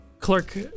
clerk